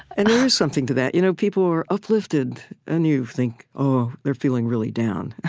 and there is something to that. you know people are uplifted. and you think, oh, they're feeling really down.